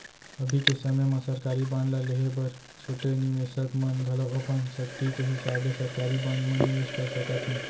अभी के समे म सरकारी बांड ल लेहे बर छोटे निवेसक मन घलौ अपन सक्ति के हिसाब ले सरकारी बांड म निवेस कर सकत हें